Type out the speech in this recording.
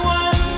one